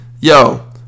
Yo